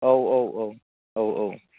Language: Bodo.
औ औ औ औ औ